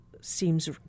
seems